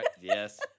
Yes